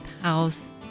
house